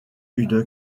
une